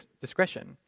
discretion